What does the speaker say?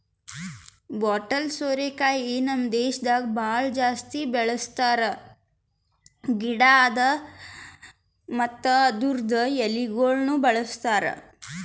bottle ಸೋರೆಕಾಯಿ ನಮ್ ದೇಶದಾಗ್ ಭಾಳ ಜಾಸ್ತಿ ಬೆಳಸಾ ತರಕಾರಿದ್ ಗಿಡ ಅದಾ ಮತ್ತ ಅದುರ್ದು ಎಳಿಗೊಳನು ಬಳ್ಸತಾರ್